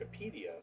Wikipedia